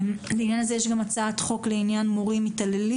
לעניין זה יש גם הצעת חוק על מורים מתעללים,